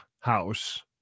house